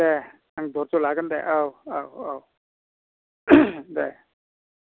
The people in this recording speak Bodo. दे आं दरज' लागोन दे औ औ दे